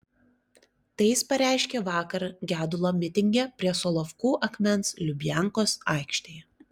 tai jis pareiškė vakar gedulo mitinge prie solovkų akmens lubiankos aikštėje